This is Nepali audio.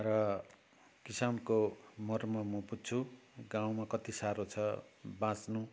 र किसानको मर्म म बुझ्छु गाउँमा कति साह्रो छ बाँच्नु